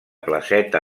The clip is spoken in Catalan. placeta